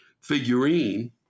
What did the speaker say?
figurine